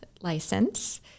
license